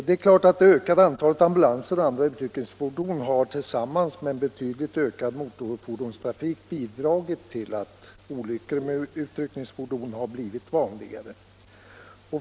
Det ökade antalet ambulanser och andra utryckningsfordon samt en betydligt ökad motorfordonstrafik har naturligtvis bidragit till den utvecklingen.